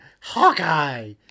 Hawkeye